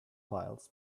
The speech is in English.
files